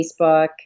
Facebook